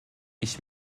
ich